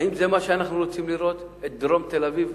האם זה מה שאנחנו רוצים לראות בדרום תל-אביב?